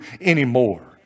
anymore